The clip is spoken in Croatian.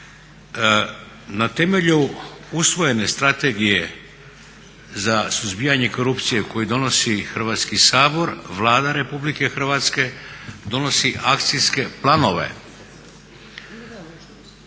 Na temelju usvojene Strategije za suzbijanje korupcije koju donosi Hrvatski sabor, Vlada RH donosi akcijske planove